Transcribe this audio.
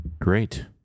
great